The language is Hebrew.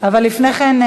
אבל לפני כן,